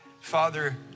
Father